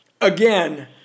again